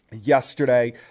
yesterday